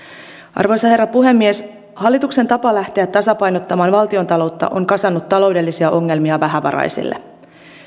arvoisa herra puhemies hallituksen tapa lähteä tasapainottamaan valtiontaloutta on kasannut taloudellisia ongelmia vähävaraisille